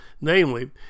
namely